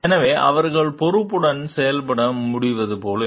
எனவே அவர்கள் பொறுப்புடன் செயல்பட முடியும் போல என்று